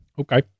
Okay